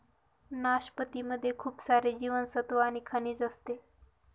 नाशपती मध्ये खूप सारे जीवनसत्त्व आणि खनिज असते